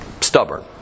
stubborn